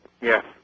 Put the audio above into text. Yes